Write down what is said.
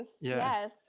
Yes